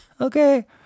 okay